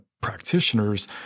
practitioners